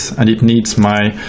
and it needs my,